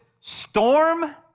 storm